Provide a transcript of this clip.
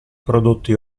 prodotti